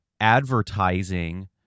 advertising